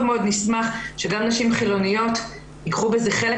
נשמח שגם נשים חילוניות ייקחו בזה חלק,